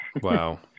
Wow